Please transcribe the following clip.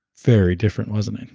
very different, wasn't it?